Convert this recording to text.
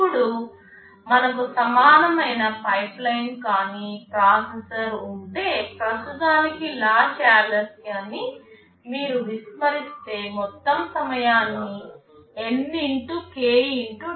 ఇప్పుడు మనకు సమానమైన పైప్లైన్ కానీ ప్రాసెసర్ ఉంటే ప్రస్తుతానికి లాచ్ ఆలస్యాన్ని మీరు విస్మరిస్తే మొత్తం సమయాన్ని N x k x tau గా అంచనా వేయవచ్చు